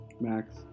Max